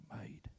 made